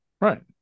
right